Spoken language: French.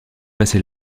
passer